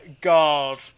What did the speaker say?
God